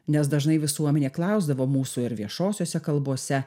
nes dažnai visuomenė klausdavo mūsų ir viešosiose kalbose